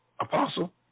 Apostle